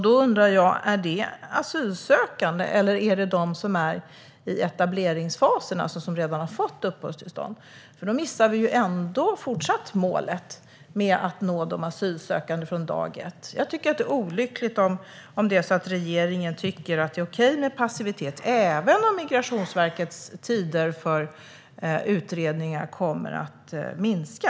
Gäller det asylsökande eller dem som är i etableringsfasen och alltså redan har fått uppehållstillstånd? Då missar vi fortfarande målet att nå de asylsökande från dag ett. Det är olyckligt om regeringen tycker att det är okej med passivitet, även om Migrationsverkets utredningstider kommer att minska.